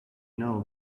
know